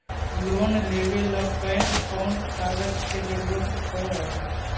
Loan लेबे ल कैन कौन कागज के जरुरत पड़ है?